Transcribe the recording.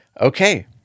okay